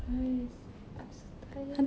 !hais! I'm so tired